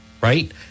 Right